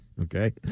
Okay